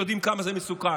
ויודעים כמה זה מסוכן.